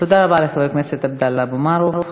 תודה רבה לחבר הכנסת עבדאללה אבו מערוף.